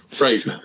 right